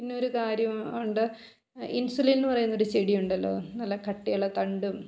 പിന്നെയൊരു കാര്യം ഉണ്ട് ഇൻസുലിൻ എന്നു പറയുന്നൊരു ചെടിയുണ്ടല്ലോ നല്ല കട്ടിയുള്ള തണ്ടും